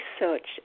research